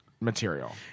material